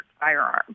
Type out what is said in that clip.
firearm